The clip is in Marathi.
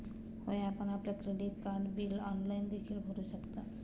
होय, आपण आपले क्रेडिट कार्ड बिल ऑनलाइन देखील भरू शकता